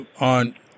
on